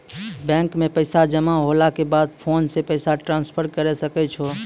bank मे पैसा जमा होला के बाद फोन से पैसा ट्रांसफर करै सकै छौ